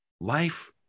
life